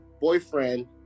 boyfriend